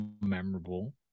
memorable